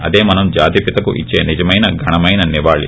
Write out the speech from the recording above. అదే మనం జాతిపితకు ఇచ్చే నిజమైన ఘనమైన నివాళి